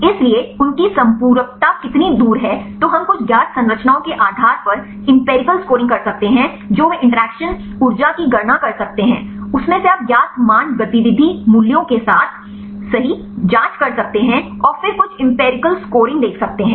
इसलिए उनकी संपूरकता कितनी दूर है तो हम कुछ ज्ञात संरचनाओं के आधार पर एम्पिरिकल स्कोरिंग कर सकते हैं जो वे इंटरेक्शन ऊर्जा की गणना कर सकते हैं उसमें से आप ज्ञात मान गतिविधि मूल्यों के साथ सही जाँच कर सकते हैं और फिर कुछ एम्पिरिकल स्कोरिंग देख सकते हैं